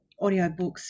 audiobooks